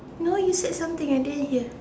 no you said something I didn't hear